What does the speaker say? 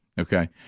Okay